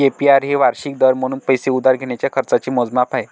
APR हे वार्षिक दर म्हणून पैसे उधार घेण्याच्या खर्चाचे मोजमाप आहे